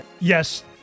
Yes